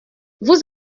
vous